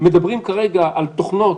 מדברים כרגע על תוכנות